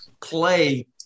play